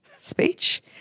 speech